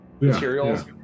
materials